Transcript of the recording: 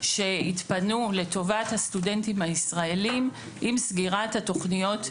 שיתפנו לטובת הסטודנטים הישראלים עם סגירת התוכניות האמריקאיות.